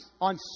on